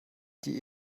die